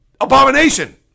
abomination